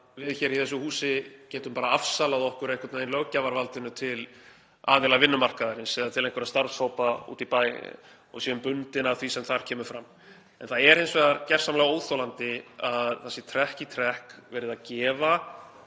við í þessu húsi ekki bara afsalað okkur einhvern veginn löggjafarvaldinu til aðila vinnumarkaðarins eða til einhverra starfshópa úti í bæ og verið bundin af því sem þar kemur fram. Það er hins vegar gersamlega óþolandi að trekk í trekk sé verið að gefa